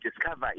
discover